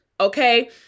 okay